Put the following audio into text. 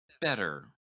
better